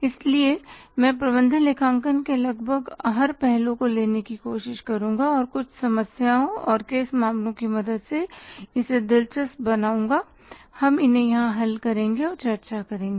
इसलिए मैं प्रबंधन लेखांकन के लगभग और हर पहलू को लेने की कोशिश करुंगा और कुछ समस्याओं और केस मामलों की मदद से इसे दिलचस्प बनाऊंगा हम इन्हें यहां हल करेंगे और चर्चा करेंगे